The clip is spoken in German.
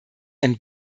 ein